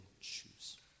choose